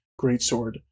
greatsword